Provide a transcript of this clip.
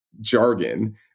jargon